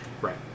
Right